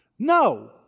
No